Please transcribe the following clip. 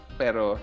pero